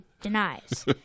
denies